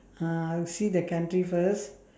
uh I'll see the country first